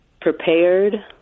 prepared